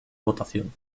votación